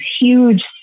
huge